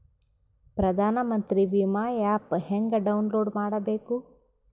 ಪ್ರಧಾನಮಂತ್ರಿ ವಿಮಾ ಆ್ಯಪ್ ಹೆಂಗ ಡೌನ್ಲೋಡ್ ಮಾಡಬೇಕು?